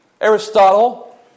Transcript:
Aristotle